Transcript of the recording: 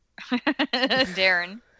Darren